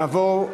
נעבור,